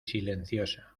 silenciosa